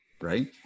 Right